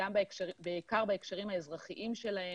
בעיקר בהקשרים האזרחיים שלהם.